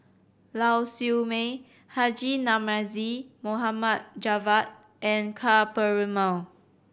Lau Siew Mei Haji Namazie Mohd Javad and Ka Perumal